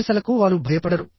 విమర్శలకు వారు భయపడరు